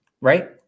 Right